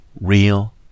real